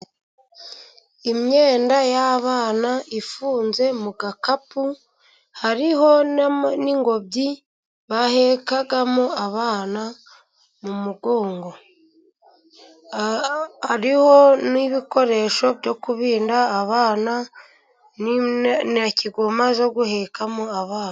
Imyenda y'abana ifunze mu gakapu. Hariho n'ingobyi bahekamo abana mu mugongo. Hariho n'ibikoresho byo kubibinda abana na kigoma zo guhekamo abana.